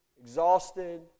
exhausted